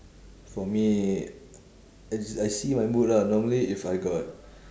for me I I see my mood lah normally if I got